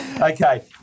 Okay